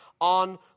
on